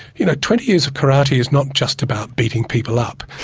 you know twenty years of karate is not just about beating people up,